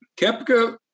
Kepka